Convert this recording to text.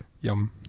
Yum